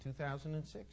2006